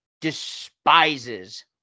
despises